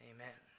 Amen